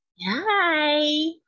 Hi